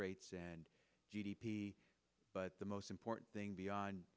rates and g d p but the most important thing beyond